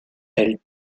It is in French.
elle